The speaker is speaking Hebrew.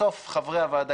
בסוף חברי הוועדה